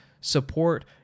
support